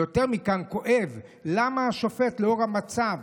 ויותר מכך כואב שהשופט, לאור המצב,